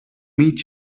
meet